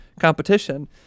competition